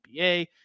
NBA